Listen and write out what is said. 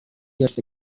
years